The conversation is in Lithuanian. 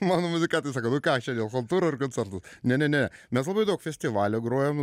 mano muzikantui sakau nu ką šiandien chaltūra ar koncertas ne ne ne mes labai daug festivalių grojome